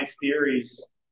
theories